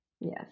Yes